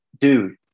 Dude